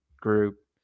group